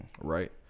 Right